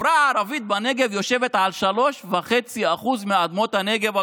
החברה הערבית בנגב יושבת על 3.5% מאדמות הנגב,